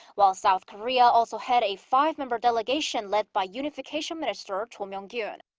while south korea also had a five-member delegation. led by unification minister cho myoung-gyon.